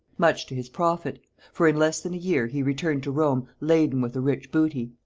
much to his profit for in less than a year he returned to rome laden with a rich booty.